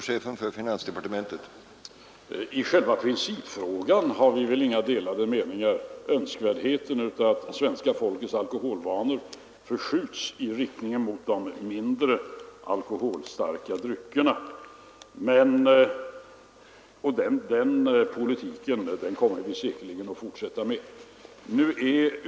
Herr talman! I själva principfrågan om önskvärdheten av att svenska folkets alkoholvanor förskjuts i riktning mot de mindre alkoholstarka dryckerna har vi väl inga delade meningar, och den politiken kommer vi säkerligen att fortsätta med.